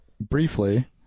briefly